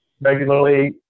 regularly